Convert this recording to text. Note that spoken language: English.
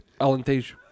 Alentejo